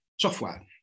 software